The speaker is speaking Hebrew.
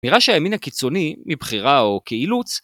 נראה שהימין הקיצוני, מבחירה או כאילוץ